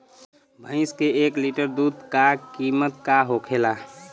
भैंस के एक लीटर दूध का कीमत का होखेला?